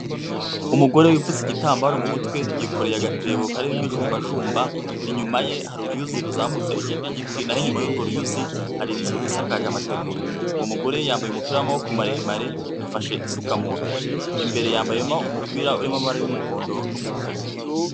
Umugore wipfutse igitambaro mu mutwe, yikoreye agatebo karimo imijumbajumba, inyuma ye hari uruyuzi ruzamutse hejuru ku giti, naho inyuma y'urwo ruyuzi hari inzu isakaje amategura, uwo mugore yambaye umupira w'amaboko maremare, afashe isuka mu ntoki, imbere yambayemo umupira urimo amabara y'umuhondo n'umukara.